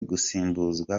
gusimbuzwa